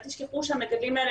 אל תשכחו שהמגדלים האלה,